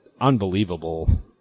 unbelievable